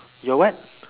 your what